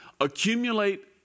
accumulate